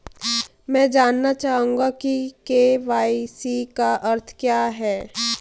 मैं जानना चाहूंगा कि के.वाई.सी का अर्थ क्या है?